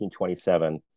1927